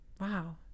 wow